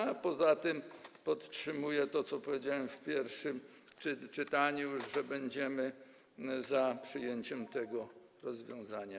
A poza tym podtrzymuję to, co powiedziałem w pierwszym czytaniu, że będziemy za przyjęciem tego rozwiązania.